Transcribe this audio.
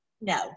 No